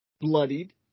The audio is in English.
bloodied